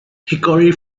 hickory